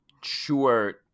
sure